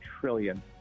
trillion